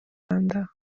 uganda